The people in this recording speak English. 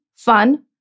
Fun